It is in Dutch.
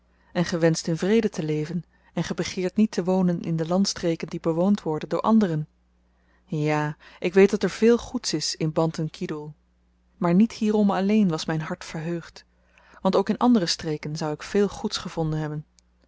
en ge wenscht in vrede te leven en ge begeert niet te wonen in de landstreken die bewoond worden door anderen ja ik weet dat er veel goeds is in bantan kidoel maar niet hierom alleen was myn hart verheugd want ook in andere streken zou ik veel goeds gevonden hebben